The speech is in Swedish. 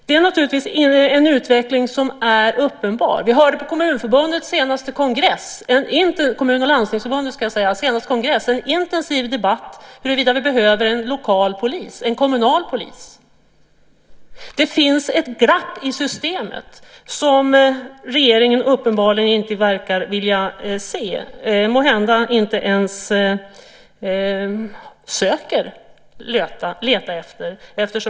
Det är en utveckling som är uppenbar. Vi hörde på Kommun och Landstingsförbundens senaste kongress en intensiv debatt om huruvida vi behöver en lokal polis, en kommunal polis. Det finns ett glapp i systemet som regeringen uppenbarligen inte vill se, måhända inte ens försöker leta efter.